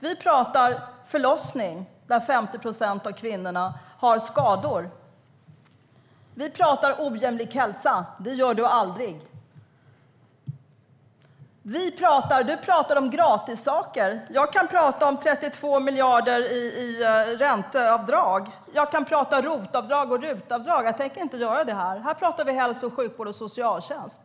Vi pratar om förlossning - 50 procent av kvinnorna har skador. Vi pratar om ojämlik hälsa - det gör du aldrig. Du pratar om gratissaker. Jag kan prata om 32 miljarder i ränteavdrag. Jag kan prata om ROT-avdrag och RUT-avdrag. Men här tänker jag inte göra det. Här pratar vi om hälso och sjukvård och socialtjänst.